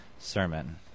sermon